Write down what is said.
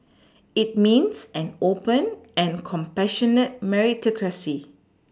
it means an open and compassionate Meritocracy